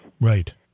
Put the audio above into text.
Right